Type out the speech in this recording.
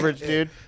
Dude